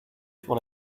sur